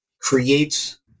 creates